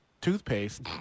toothpaste